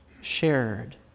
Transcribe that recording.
shared